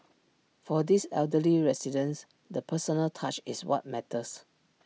for these elderly residents the personal touch is what matters